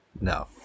no